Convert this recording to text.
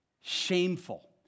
shameful